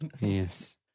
Yes